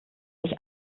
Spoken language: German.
sich